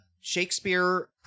Shakespeare